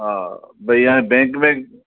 हा ॿई हाणे बैंक में